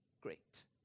Great